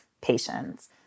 patients